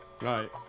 right